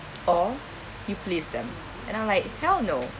or you pleased them and I'm like hell no